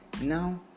now